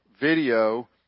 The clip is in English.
video